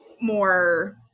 more